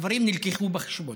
הדברים נלקחו בחשבון.